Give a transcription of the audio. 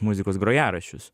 muzikos grojaraščius